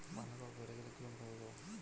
বাঁধাকপি ফেটে গেলে কোন অনুখাদ্য দেবো?